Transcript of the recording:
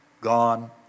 gone